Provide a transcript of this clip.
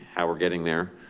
how we're getting there.